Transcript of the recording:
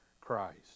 Christ